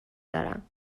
دارم